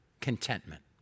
contentment